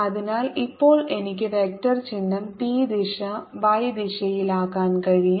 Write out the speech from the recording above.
അതിനാൽ ഇപ്പോൾ എനിക്ക് വെക്റ്റർ ചിഹ്നം p ദിശ y ദിശയിലാക്കാൻ കഴിയും